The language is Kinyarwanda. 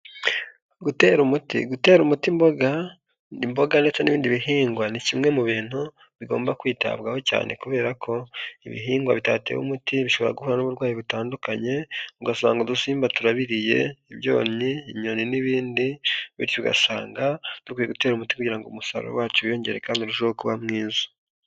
Gutera umuti, gutera umuti imboga imboga ndetse n'ibindi bihingwa ni kimwe mu bintu bigomba kwitabwaho cyane kubera ko ibihingwa bitatewe umuti bishobora guhura n'uburwayi butandukanye ugasanga udusimba turabiriye ibyonnyi, inyoni, n'ibindi bityo ugasanga dukwiye gutera umuti kugira ngo umusaruro wacyo wiyongere kandi urusheho kuba mwiza.